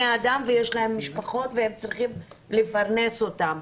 אדם ויש להם משפחות והם צריכים לפרנס אותם.